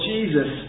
Jesus